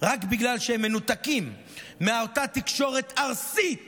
רק בגלל שהם מנותקים מאותה תקשורת ארסית